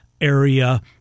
area